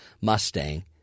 Mustang